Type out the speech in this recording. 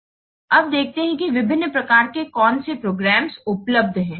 अब देखते हैं कि विभिन्न प्रकार के कौन से प्रोग्राम्स उपलब्ध हैं